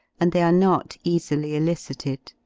and they are not easily elicited.